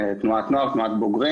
תנועת נוער, תנועת בוגרים.